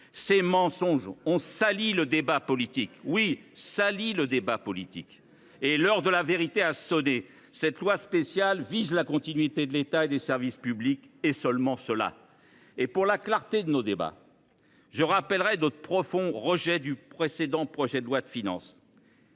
Ces mensonges ont sali le débat politique : oui, ils ont sali le débat politique ! Et l’heure de la vérité a sonné. Cette loi spéciale vise à assurer la continuité de l’État et des services publics, et c’est tout. Pour la clarté de nos débats, je redis notre profond rejet du précédent projet de loi de finances.